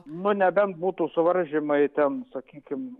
nu nebent būtų suvaržymai ten sakykim